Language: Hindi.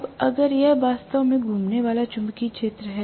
अब अगर यह वास्तव में घूमने वाला चुंबकीय क्षेत्र है